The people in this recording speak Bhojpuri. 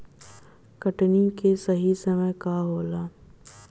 कटनी के सही समय का होला?